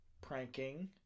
pranking